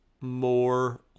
more